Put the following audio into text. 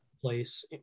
place